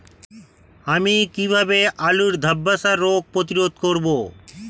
আমি কিভাবে আলুর ধ্বসা রোগ প্রতিরোধ করব?